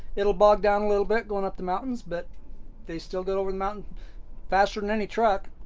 it'll bog down a little bit going up the mountains, but they still get over the mountain faster than any truck.